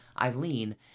Eileen